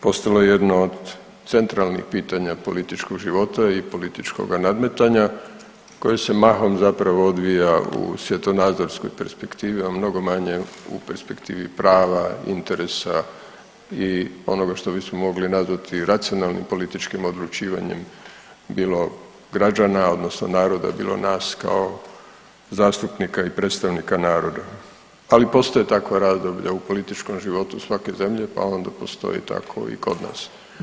Postalo je jedno od centralnih pitanja političkog života i političkoga nadmetanja koje se mahom zapravo odvija u svjetonazorskoj perspektivi, a mnogo manje u perspektivi prava, interesa i onoga što bismo mogli nazvati racionalnim političkim odlučivanjem bilo građana odnosno naroda, bilo nas kao zastupnika i predstavnika naroda, ali postoje takva razdoblja u političkom životu svake zemlje pa ona postoji tako i kod nas.